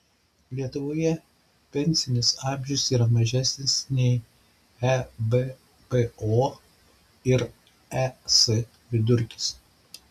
lietuvoje pensinis amžius yra mažesnis nei ebpo ir es vidurkis